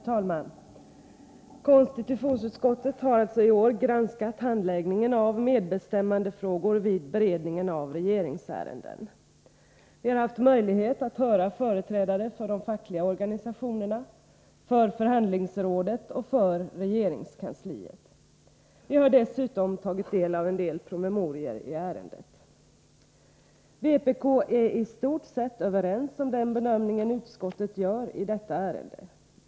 Herr talman! Konstitutionsutskottet har i år granskat handläggningen av medbestämmandefrågor vid beredningen av regeringsärenden. Vi har haft möjlighet att höra företrädare för de fackliga organisationerna, liksom företrädare för förhandlingsrådet och regeringskansliet. Vi har dessutom tagit del av en del promemorior i ärendet. Vpk äristort sett överens med utskottet om bedömningen av detta ärende.